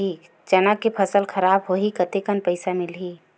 चना के फसल खराब होही कतेकन पईसा मिलही?